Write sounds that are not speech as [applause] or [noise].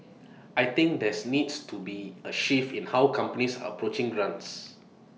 [noise] I think there's needs to be A shift in how companies are approaching grants